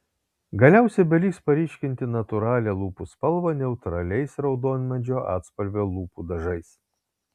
galiausiai beliks paryškinti natūralią lūpų spalvą neutraliais raudonmedžio atspalvio lūpų dažais